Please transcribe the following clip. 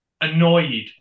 annoyed